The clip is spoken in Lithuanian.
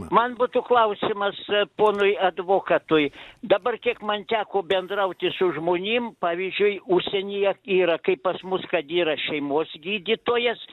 man būtų klausimas ponui advokatui dabar kiek man teko bendrauti su žmonėm pavyzdžiui užsienyje yra kaip pas mus kad yra šeimos gydytojas